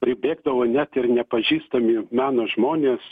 pribėgdavo net ir nepažįstami meno žmonės